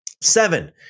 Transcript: seven